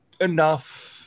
enough